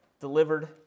delivered